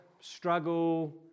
struggle